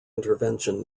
intervention